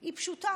הוא פשוט.